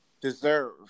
deserve